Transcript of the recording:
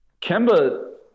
Kemba